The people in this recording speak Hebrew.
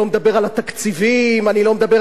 אני לא מדבר על חקיקה לגבי פשעי שנאה,